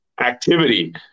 activity